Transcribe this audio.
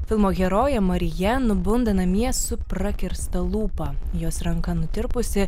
filmo herojė marija nubunda namie su prakirsta lūpa jos ranka nutirpusi